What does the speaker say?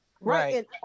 Right